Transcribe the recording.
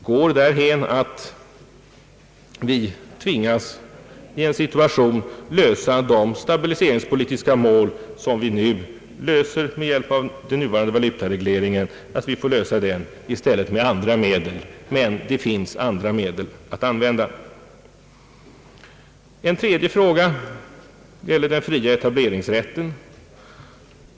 går dithän, att vi tvingas lösa de stabiliseringspolitiska mål, som vi nu löser med valutaregleringarna, också med andra medel. Det finns dock andra medel att använda. En tredje fråga gäller den fria etableringsrätten.